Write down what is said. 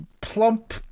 plump